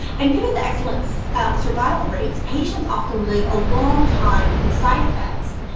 and given the excellence survival rates, patients often live a long time with these side effects.